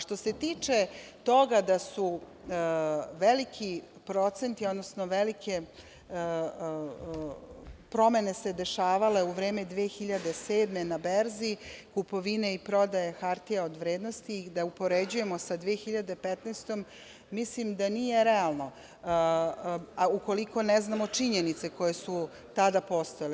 Što se tiče toga da su veliki procenti, odnosno velike promene se dešavale u vreme 2007. godine na berzi, kupovine i prodaje hartija od vrednosti, da upoređujemo sa 2015. godinom, mislim da nije realno ukoliko ne znamo činjenice koje su tada postojale.